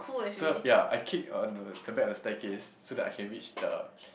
so ya I kick on the the back of the staircase so that I can reach the